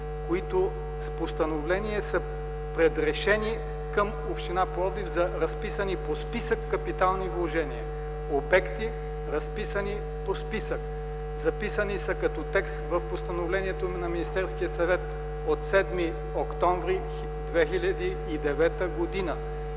С постановлението те са предрешени към община Пловдив за разписани по списък капитални вложения, обекти, разписани по списък. Записани са като текст в постановлението на Министерския съвет от 7 октомври 2009 г.